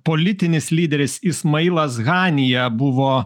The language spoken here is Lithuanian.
politinis lyderis ismailas hanja buvo